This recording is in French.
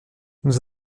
nous